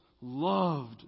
loved